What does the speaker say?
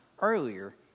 earlier